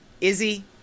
Izzy